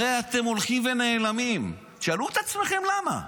הרי אתם הולכים ונעלמים, תשאלו את עצמכם למה.